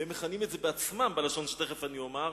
וכך הם מכנים את זה בעצמם בלשון שתיכף אומר,